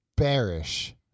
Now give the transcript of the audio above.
Bearish